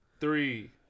Three